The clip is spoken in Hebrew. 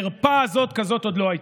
חרפה כזאת עוד לא הייתה.